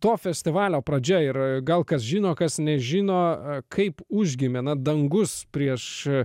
to festivalio pradžia ir gal kas žino kas nežino kaip užgimė na dangus prieš